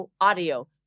Audio